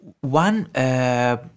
One